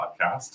podcast